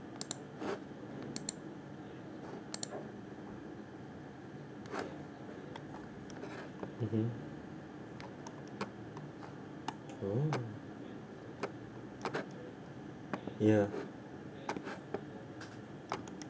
mmhmm orh ya